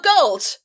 gold